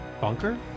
bunker